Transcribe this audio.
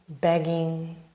begging